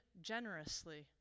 generously